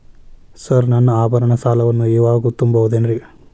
Sir ನನ್ನ ಆಭರಣ ಸಾಲವನ್ನು ಇವಾಗು ತುಂಬ ಬಹುದೇನ್ರಿ?